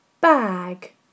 Bag